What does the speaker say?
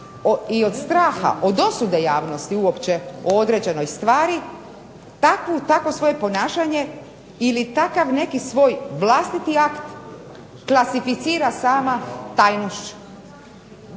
i od straha, od osude javnosti uopće o određenoj stvari, takvo svoje ponašanje ili takav neki svoj vlastiti akt klasificira sama tajnošću.